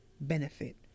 benefit